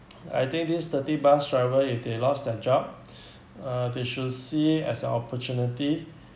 I think this thirty bus driver if they lost their job uh they should see as a opportunity